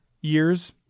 years